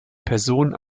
personen